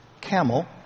camel